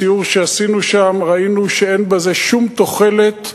בסיור שעשינו שם ראינו שאין בזה שום תוחלת,